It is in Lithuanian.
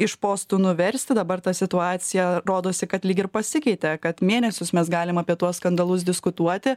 iš postų nuversti dabar ta situacija rodosi kad lyg ir pasikeitė kad mėnesius mes galim apie tuos skandalus diskutuoti